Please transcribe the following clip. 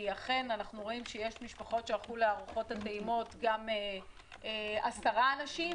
אכן אנחנו רואים שהיו משפחות שהלכו לארוחות הטעימות גם עשרה אנשים,